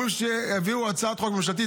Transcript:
אומרים שיביאו הצעת חוק ממשלתית,